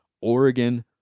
Oregon